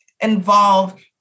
involve